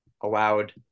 allowed